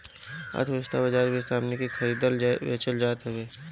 अर्थव्यवस्था बाजार में सामान के खरीदल बेचल जात हवे